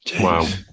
wow